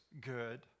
good